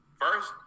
first